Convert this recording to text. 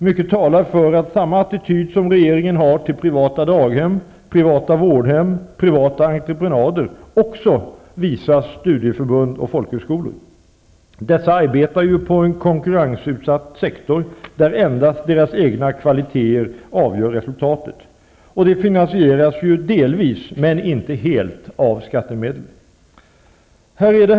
Mycket talar för att samma attityd som regeringen har till privata daghem, privata vårdhem och privata entreprenader också visas studieförbund och folkhögskolor. Dessa arbetar ju på en konkurrensutsatt sektor där endast deras egna kvaliteter avgör resultaten. De finansieras delvis, men inte helt, av skattemedel. Herr talman!